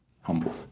humble